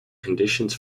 conditions